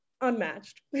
unmatched